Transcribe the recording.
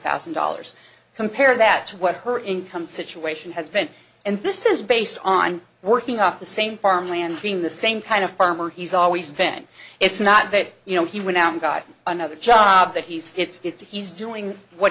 thousand dollars compare that to what her income situation has been and this is based on working up the same farmland being the same kind of farmer he's always been it's not that you know he went out and got another job that he's it's he's doing what